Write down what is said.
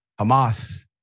Hamas